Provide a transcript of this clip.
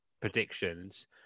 predictions